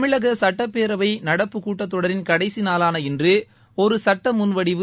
தமிழக சட்டப்பேரவைக் நடப்பு கூட்டத்தொடரின் கடைசி நாளான இன்று ஒரு சுட்ட முன் வடிவு